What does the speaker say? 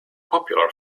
popular